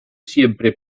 siempre